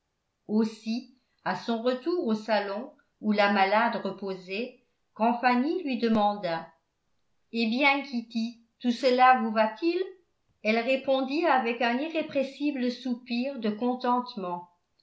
aussi à son retour au salon où la malade reposait quand fanny lui demanda eh bien kitty tout cela vous va-t-il elle répondit avec un irrépressible soupir de contentement